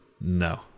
No